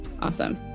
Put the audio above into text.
Awesome